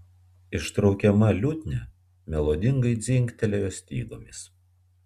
ištraukiama liutnia melodingai dzingtelėjo stygomis